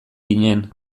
ginen